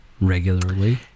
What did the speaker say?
regularly